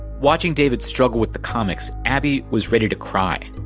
watching david struggle with the comics, abbey was ready to cry.